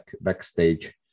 backstage